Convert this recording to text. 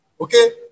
Okay